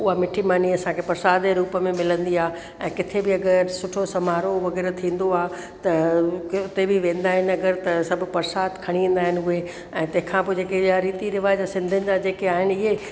उहा मिठी मानी असांखे परसाद जे रूप में मिलंदी आहे ऐं किथे बि अगरि सुठो समारोह वग़ैरह थींदो आह त उते बि वेंदा आहिनि अगरि त सभु परसाद खणी वेंदा आहिनि उहे ऐं तंहिंखां पोइ जेके इहे रिती रिवाज सिंधियुनि जा जेके आहिनि इहे